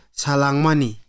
salangmani